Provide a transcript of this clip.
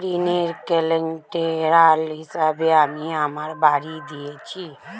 ঋনের কোল্যাটেরাল হিসেবে আমি আমার বাড়ি দিয়েছি